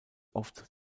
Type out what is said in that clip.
oft